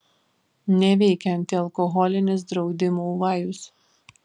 neveikia antialkoholinis draudimų vajus